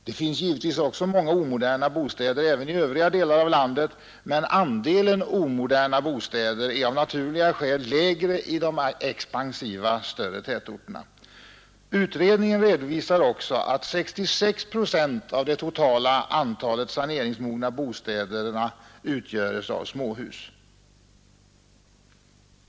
Det finns givetvis många omoderna bostäder även i övriga delar av landet, men andelen omoderna bostäder är av naturliga skäl lägre i de expansiva större tätorterna. Utredningen redovisar också att 66 procent av det totala antalet planeringsmogna bostäder utgörs av småhus.